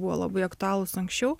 buvo labai aktualūs anksčiau